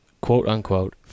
quote-unquote